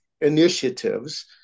initiatives